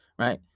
Right